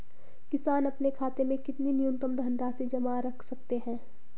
किसान अपने खाते में कितनी न्यूनतम धनराशि जमा रख सकते हैं?